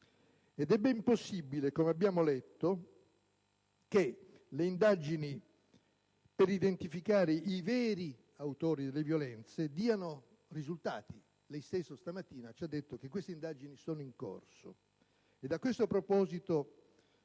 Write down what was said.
Ed è ben possibile, come abbiamo letto, che le indagini per identificare i veri autori delle violenze diano risultati. Lei stesso stamattina ha detto che queste indagini sono in corso.